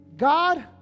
God